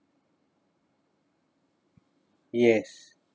yes